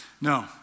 No